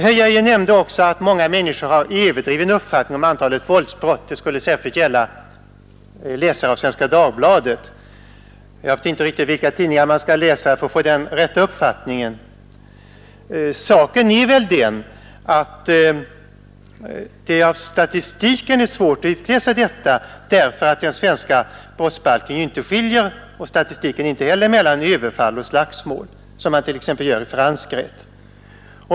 Herr Geijer nämnde också att många människor har en överdriven uppfattning om antalet våldsbrott — detta skulle särskilt gälla läsare av 51 Svenska Dagbladet. Jag vet inte vilka tidningar man skall läsa för att få rätt uppfattning om det hela. Saken är väl den att det av statistiken är svurt att utläsa detta, eftersom den svenska brottsbalken och statistiken inte skiljer mellan överfall och slagsmål, såsom man t.ex. gör i fransk rätt.